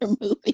movie